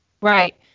right